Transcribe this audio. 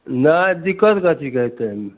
नहि दिक्कत कथीके हेतै एहिमे